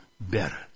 better